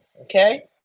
Okay